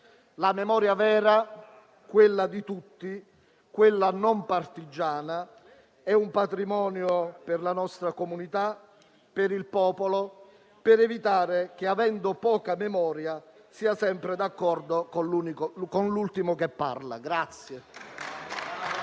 La memoria vera - quella di tutti, quella non partigiana - è un patrimonio per la nostra comunità al fine di evitare che, avendo poca memoria, sia sempre d'accordo con l'ultimo che parla.